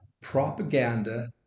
Propaganda